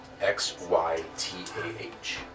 X-Y-T-A-H